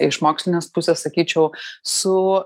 iš mokslinės pusės sakyčiau su